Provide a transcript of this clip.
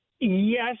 Yes